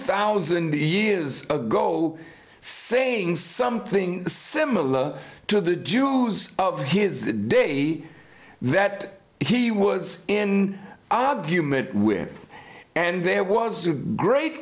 thousand years ago saying something similar to the jews of his day that he was in obvious with and there was a great